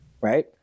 Right